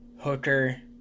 Hooker